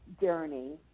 journey